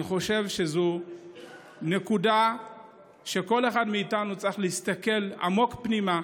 אני חושב שזו נקודה שכל אחד מאיתנו צריך להסתכל עמוק פנימה: